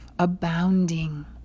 Abounding